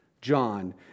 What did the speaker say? John